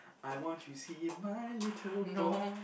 I want to see my little boy